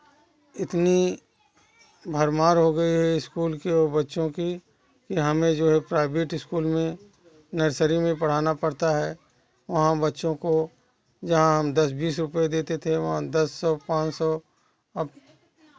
इतनी भरमार हो गई है स्कूल की और बच्चों की हमें जो है प्राइवेट स्कूल में नर्सरी में पढ़ाना पड़ता है वहाँ बच्चों को जहाँ हम दस बीस रुपए देते थे वहाँ दस सौ पाँच सौ अब